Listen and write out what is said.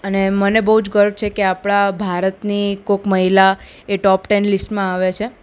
અને મને બહુ જ ગર્વ છે કે આપણાં ભારતની કોઈક મહિલા એ ટોપ ટેન લિસ્ટમાં આવે છે